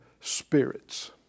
Spirits